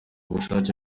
ubushake